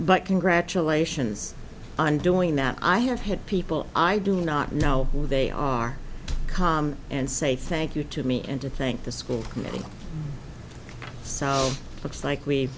but congratulations on doing that i have had people i do not know who they are and say thank you to me and to thank the school committee so looks like we